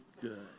good